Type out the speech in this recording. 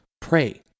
pray